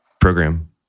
program